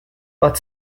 but